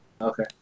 Okay